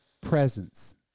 Presence